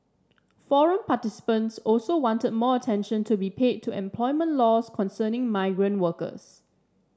forum participants also wanted more attention to be paid to employment laws concerning migrant workers